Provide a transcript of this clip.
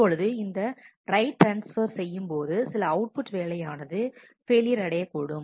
இப்பொழுது இந்த write transfer செய்யும் போது சில அவுட்புட் வேலையானது ஃபெயிலியர் அடைய கூடும்